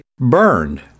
burned